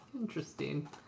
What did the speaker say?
Interesting